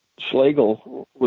Schlegel